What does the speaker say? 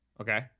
Okay